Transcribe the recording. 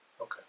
Okay